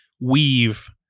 weave